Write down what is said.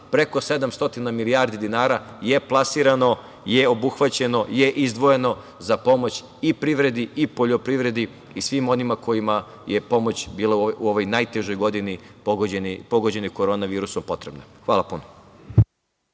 preko 700 milijardi dinara je plasirano, je obuhvaćeno, je izdvojeno za pomoć i privredi i poljoprivredi i svima onima kojima je pomoć bila u ovoj najtežoj godini pogođenoj korona virusom potrebna. Hvala.